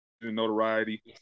notoriety